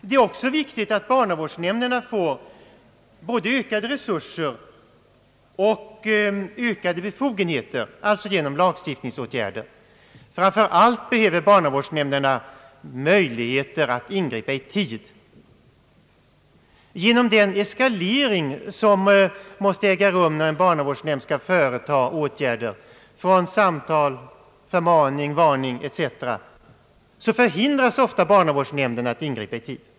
Det är också viktigt att barnavårdsnämnderna får både ökade resurser och ökade befogenheter, det senare alltså genom = lagstiftningsåtgärder. Framför allt behöver barnavårdsnämnderna möjligheter att ingripa i tid. På grund av den eskalering, som måste äga rum när en barnavårdsnämnd skall vidta åtgärder, från samtal, förmaning till varning etc. förhindras ofta barnavårdsnämnden att ingripa i tid.